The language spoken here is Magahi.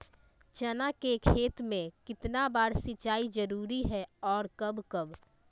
चना के खेत में कितना बार सिंचाई जरुरी है और कब कब?